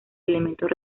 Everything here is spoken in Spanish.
elementos